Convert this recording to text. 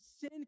sin